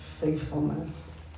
faithfulness